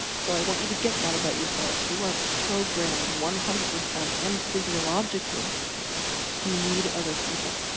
so, i want you to get that about yourselves. you are programed one hundred percent and physiologically to need other people.